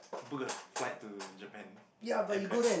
book a flight to Japan and back